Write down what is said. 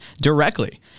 directly